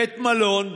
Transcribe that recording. בית מלון,